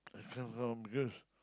this one longer